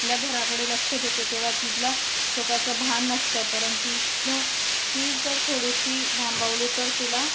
आपल्या घराकडे लक्ष देते तेव्हा तिथला स्वतःचं भान नसतं परंतु ती जर थोडीशी भांभावली तर तिला